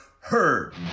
heard